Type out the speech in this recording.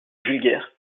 vulgaire